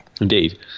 Indeed